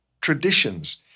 traditions